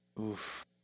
Oof